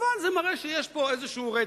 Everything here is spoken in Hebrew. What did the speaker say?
אבל זה מראה שיש פה איזשהו רצף.